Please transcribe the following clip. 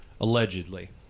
allegedly